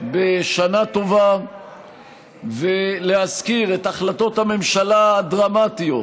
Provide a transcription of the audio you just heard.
בשנה טובה ולהזכיר את החלטות הממשלה הדרמטיות